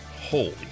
Holy